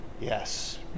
Yes